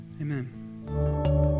Amen